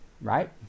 right